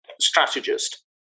strategist